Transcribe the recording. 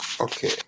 Okay